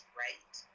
right